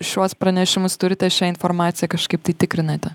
šiuos pranešimus turite šią informaciją kažkaip tai tikrinate